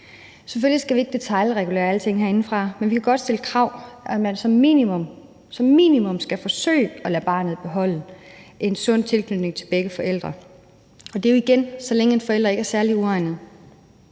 Selvfølgelig skal vi ikke detailregulere alting herindefra, men vi kan godt stille krav om, at man som minimum – som minimum – skal forsøge at lade barnet beholde en sund tilknytning til begge forældre, og det er jo igen, så længe en forælder ikke er særlig uegnet.